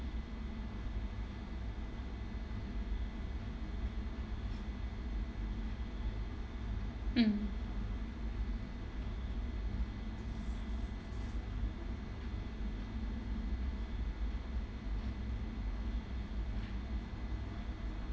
mm